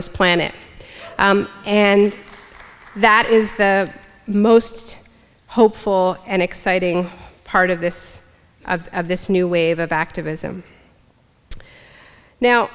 this planet and that is the most hopeful and exciting part of this this new wave of activism now